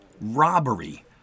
robbery